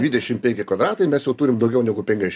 dvidešim penki kvadratai mes jau turim daugiau negu penkiasdešim